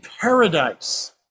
paradise